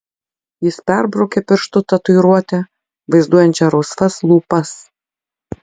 jis perbraukė pirštu tatuiruotę vaizduojančią rausvas lūpas